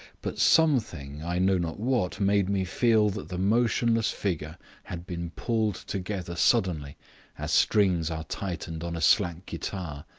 but something, i know not what, made me feel that the motionless figure had been pulled together suddenly as strings are tightened on a slack guitar.